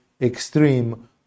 extreme